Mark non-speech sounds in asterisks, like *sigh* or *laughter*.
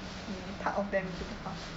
你 part of them 你就不怕 *laughs*